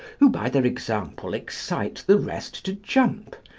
who, by their example, excite the rest to jump,